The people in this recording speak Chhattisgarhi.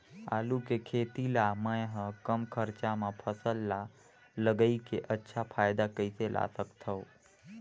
आलू के खेती ला मै ह कम खरचा मा फसल ला लगई के अच्छा फायदा कइसे ला सकथव?